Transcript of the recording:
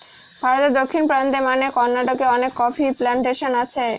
ভারতে দক্ষিণ প্রান্তে মানে কর্নাটকে অনেক কফি প্লানটেশন আছে